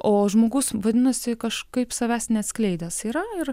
o žmogus vadinasi kažkaip savęs neatskleidęs yra ir